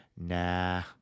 Nah